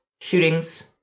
shootings